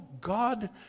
God